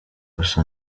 gusa